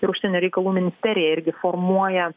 ir užsienio reikalų ministerija irgi formuoja